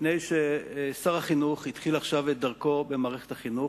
מפני ששר החינוך התחיל עכשיו את דרכו במערכת החינוך,